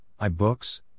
iBooks